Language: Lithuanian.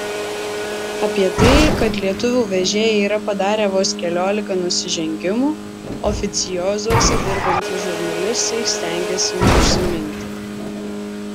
apie tai kad lietuvių vežėjai yra padarę vos keliolika nusižengimų oficiozuose dirbantys žurnalistai stengiasi neužsiminti